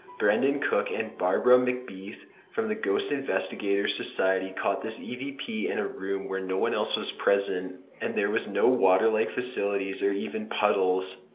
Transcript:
brendan cook and barbara mcbeath from the ghost investigators society caught this evp in a room where no one else was present, and there was no water like facilities, or even puddles.